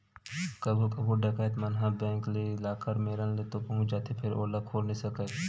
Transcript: कभू कभू डकैत मन ह बेंक के लाकर मेरन तो पहुंच जाथे फेर ओला खोल नइ सकय